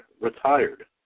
retired